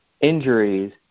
injuries